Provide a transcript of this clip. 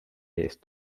eest